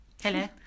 Hello